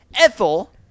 Ethel